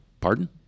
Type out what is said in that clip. pardon